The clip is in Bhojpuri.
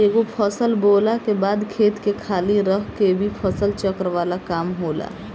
एगो फसल बोअला के बाद खेत के खाली रख के भी फसल चक्र वाला काम होला